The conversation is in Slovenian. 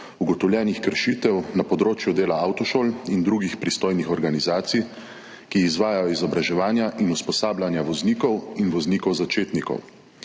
ugotovljenih kršitev na področju dela avtošol in drugih pristojnih organizacij, ki izvajajo izobraževanja in usposabljanja voznikov in voznikov začetnikov.